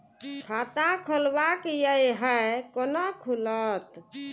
खाता खोलवाक यै है कोना खुलत?